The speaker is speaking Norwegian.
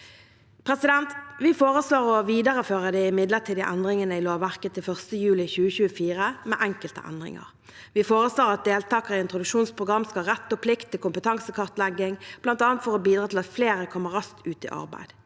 i juni. Vi foreslår å videreføre de midlertidige endringene i lovverket til 1. juli 2024, med enkelte endringer. Vi foreslår at deltakere i introduksjonsprogram skal ha rett og plikt til kompetansekartlegging, bl.a. for å bidra til at flere kommer raskt ut i arbeid.